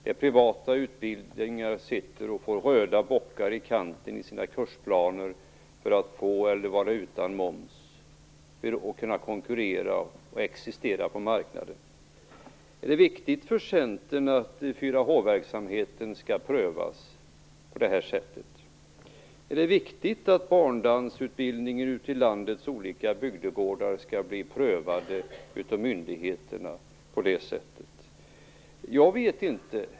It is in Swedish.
Inom privata utbildningar får man föra röda bockar i kanten på kursplanerna för att få vara utan moms och kunna konkurrera och existera på marknaden. Är det viktigt för Centern att 4H-verksamheten skall prövas på det här sättet? Är det viktigt att barndansutbilningar i landets olika bygdegårdar skall bli prövade av myndigheterna på det här sättet? Jag vet inte.